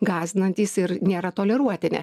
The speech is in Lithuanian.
gąsdinantys ir nėra toleruotini